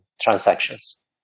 transactions